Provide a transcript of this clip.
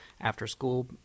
after-school